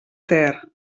ter